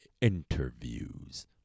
Interviews